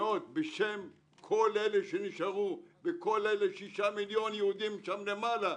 בשם כל אלה שנשארו וכל 6 מיליון יהודים שם למעלה,